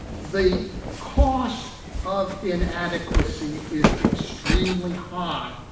the cost of inadequacy is extremely high.